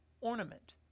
ornament